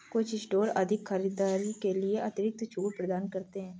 कुछ स्टोर अधिक खरीदारी के लिए अतिरिक्त छूट प्रदान करते हैं